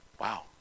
Wow